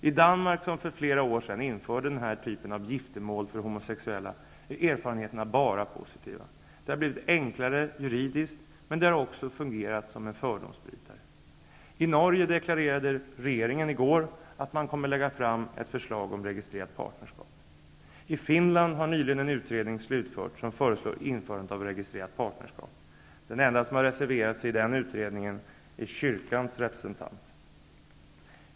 I Danmark, som för flera år sedan införde denna typ av giftermål för homosexuella, är erfarenheterna bara positiva. Det har blivit enklare juridiskt, och det har också fungerat som en fördomsbrytare. I Norge deklarerade regeringen i går att man kommer att lägga fram ett förslag om registrerat partnerskap. I Finland har nyligen en utredning slutförts som föreslår införande av registrerat partnerskap. Den enda som har reserverat sig i den utredningen är kyrkans representant.